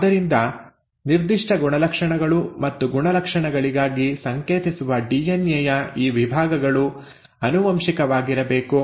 ಆದ್ದರಿಂದ ನಿರ್ದಿಷ್ಟ ಗುಣಲಕ್ಷಣಗಳು ಮತ್ತು ಗುಣಲಕ್ಷಣಗಳಿಗಾಗಿ ಸಂಕೇತಿಸುವ ಡಿಎನ್ಎ ಯ ಈ ವಿಭಾಗಗಳು ಆನುವಂಶಿಕವಾಗಿರಬೇಕು